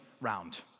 round